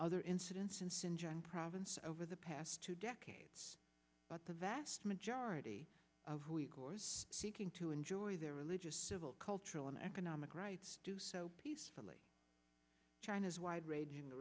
other incidents since injuring province over the past two decades but the vast majority of who igor's seeking to enjoy their religious civil cultural and economic rights do so peacefully china's wide ranging the